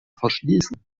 verschließen